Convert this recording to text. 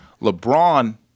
LeBron